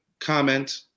comment